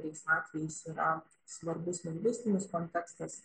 tais atvejais yra svarbus lingvistinis kontekstas